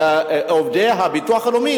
עובדי הביטוח הלאומי,